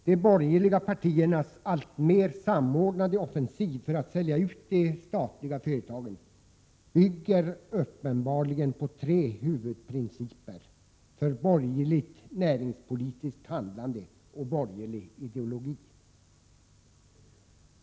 De borgerliga partiernas alltmer samordnade offensiv för att sälja ut de statliga företagen bygger uppenbarligen på tre huvudprinciper för borgerligt näringspolitiskt handlande och borgerlig ideologi.